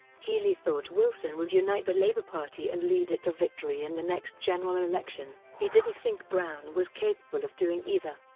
healey thought wilson would unite the labour party and lead it to victory in the next general election. he didn't think brown was capable of doing either.